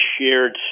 Shared